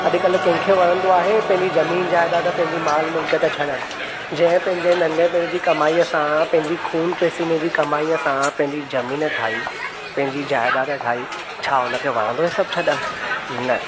अॼुकल्ह कंहिंखें वणंदो आहे पंहिंजी ज़मीन ज़ाइदाद पंहिंजी माल मिलकत छॾणु जंहिं पंहिंजे नंढपिण जी कमाईअ सां पंहिंजी खून पसीने जी कमाईअ सां पंहिंजी ज़मीन ठाही पंहिंजी ज़ाइदाद ठाही छा हुन खे वणंदो इहे सभु छॾण न